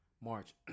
March